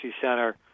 Center